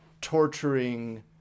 torturing